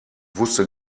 wusste